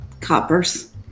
coppers